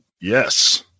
Yes